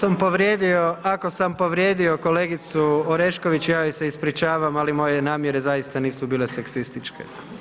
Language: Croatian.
Ako sam povrijedio kolegicu Orešković ja joj se ispričavam, ali moje namjere zaista nisu bile seksističke.